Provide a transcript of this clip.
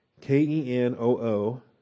K-E-N-O-O